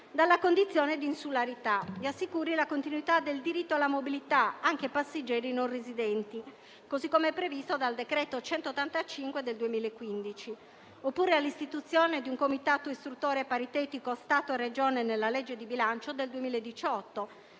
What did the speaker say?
dalla condizione di insularità e che assicuri la continuità del diritto alla mobilità anche ai passeggeri non residenti, così come previsto dal decreto-legge n. 185 del 2015. Penso anche all'istituzione di un comitato istruttore paritetico tra Stato e Regione nella legge di bilancio del 2018,